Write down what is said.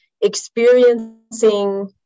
experiencing